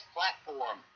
Platform